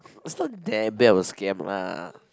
is not that bad of a scam lah